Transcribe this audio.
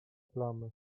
plamy